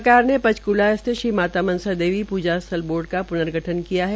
सरकार ने पंचकूला स्थित श्रीमाता मनसा देवी पूज्य स्थल बोर्ड का प्र्नगठनकिया है